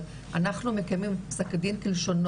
אבל אנחנו מקבלים את פסק הדין כלשונו.